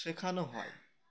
শেখানো হয়